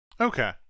Okay